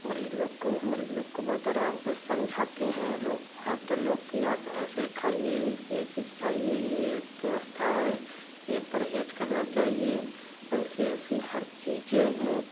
मरीज़ लोग को मरीज़ लोग को बहुत आराम से समझाती हैं वे लोग डॉक्टर लोग को कि आप ऐसे खाइए यह चीज़ खाइए यह व्यवस्था है यह परहेज़ करना चाहिए ऐसी ऐसी हर चीज़ें